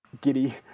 Giddy